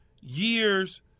years